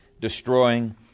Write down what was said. destroying